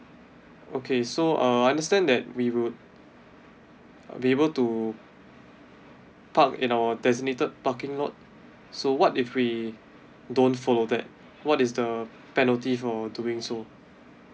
okay so uh I understand that we would uh be able to park in our designated parking lot so what if we don't follow that what is the penalty for doing so